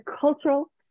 cultural